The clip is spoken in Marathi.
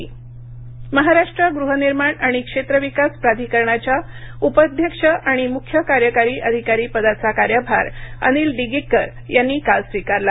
म्हाडा अनिल डिग्गीकर महाराष्ट्र गृहनिर्माण आणि क्षेत्र विकास प्राधिकरणाच्या उपाध्यक्ष आणि मुख्य कार्यकारी अधिकारी पदाचा कार्यभार अनिल डिग्गीकर यांनी काल स्विकारला